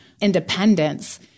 independence